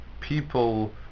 people